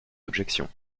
objections